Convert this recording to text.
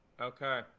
Okay